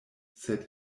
sed